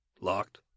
Locked